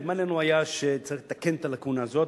היה נדמה לנו שצריך לתקן את הלקונה הזאת,